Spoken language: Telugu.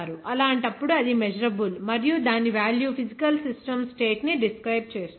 అలాంటప్పుడు అది మెజరబుల్ మరియు దాని వేల్యూ ఫీజికల్ సిస్టమ్ స్టేట్ ని డిస్క్రైబ్ చేస్తుంది